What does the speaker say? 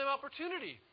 opportunity